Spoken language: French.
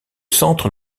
centre